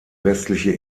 westliche